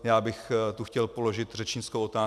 Já bych tu chtěl položit řečnickou otázku.